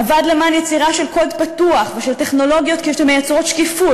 עבד למען יצירה של קוד פתוח ושל טכנולוגיות שמייצרות שקיפות,